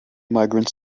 migrants